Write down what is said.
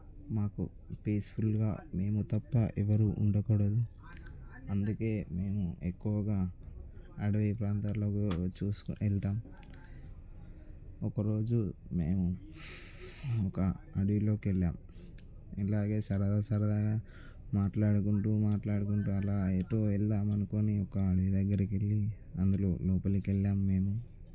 మాకు పీస్ఫుల్గా మేము తప్ప ఎవరూ ఉండకూడదు అందుకే మేము ఎక్కువగా అడవి ప్రాంతాలకు చూసుకొని వెళ్తాము ఒక రోజు మేము ఒక అడవిలోకి వెళ్ళాం ఇలాగే సరదా సరదాగా మాట్లాడుకుంటూ మాట్లాడుకుంటూ ఆలా ఎటో వెళ్దాం అనుకోని దగ్గరికి వెళ్ళి అందులో లోపలికి వెళ్ళాము మేము